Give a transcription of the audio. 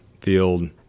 field